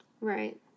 Right